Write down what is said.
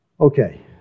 Okay